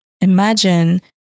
imagine